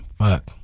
Fuck